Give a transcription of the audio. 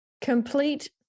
complete